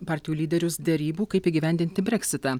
partijų lyderius derybų kaip įgyvendinti breksitą